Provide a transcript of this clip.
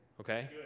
Okay